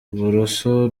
uburoso